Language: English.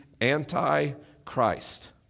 anti-christ